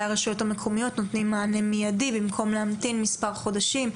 הרשויות המקומיות נותנות מענה מיידי במקום להמתין מספר חודשים,